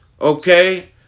okay